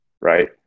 right